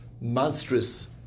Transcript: monstrous